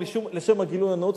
לשם הגילוי הנאות,